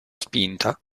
spinta